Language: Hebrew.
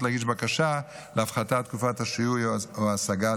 להגיש בקשה להפחתת תקופת השיהוי או ההשגה,